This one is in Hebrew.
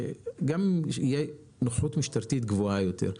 שגם אם תהיה נוכחות משטרתית גבוהה יותר,